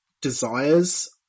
desires